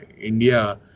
India